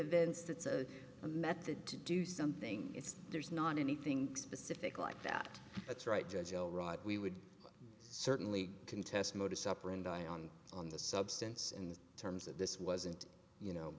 events that's a a method to do something it's there's not anything specific like that that's right judge all right we would certainly contest modus operandi on on the substance in terms of this wasn't you know